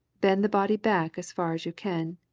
bend the body back as far as you can.